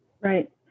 Right